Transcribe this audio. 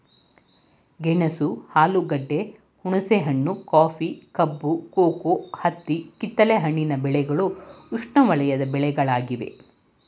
ಗೆಣಸು ಆಲೂಗೆಡ್ಡೆ, ಹುಣಸೆಹಣ್ಣು, ಕಾಫಿ, ಕಬ್ಬು, ಕೋಕೋ, ಹತ್ತಿ ಕಿತ್ತಲೆ ಹಣ್ಣಿನ ಬೆಳೆಗಳು ಉಷ್ಣವಲಯದ ಬೆಳೆಗಳಾಗಿವೆ